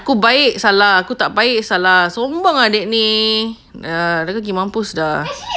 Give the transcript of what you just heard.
ku baik salah ku tak baik salah semua adiknya pergi mampus lah